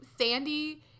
Sandy